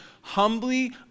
humbly